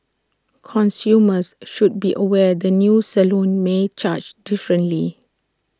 consumers should be aware the new salon may charge differently